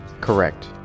Correct